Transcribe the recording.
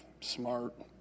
smart